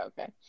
okay